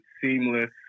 Seamless